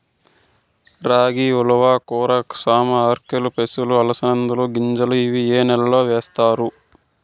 రాగి, ఉలవ, కొర్ర, సామ, ఆర్కెలు, పెసలు, అలసంద గింజలు ఇవి ఏ నెలలో వేస్తారు?